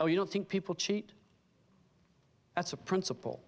oh you don't think people cheat that's a princip